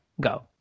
go